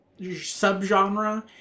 subgenre